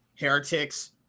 Heretics